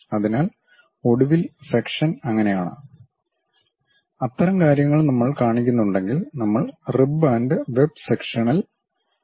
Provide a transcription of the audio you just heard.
അതിനാൽ ഒടുവിൽ സെക്ഷൻ അങ്ങനെയാണ് അത്തരം കാര്യങ്ങൾ നമ്മൾ കാണിക്കുന്നുണ്ടെങ്കിൽ നമ്മൾ റിബ് ആൻഡ് വെബ് സെക്ഷണൽ എന്ന് വിളിക്കുന്നു